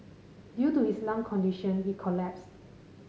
due to his lung condition he collapsed